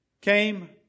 came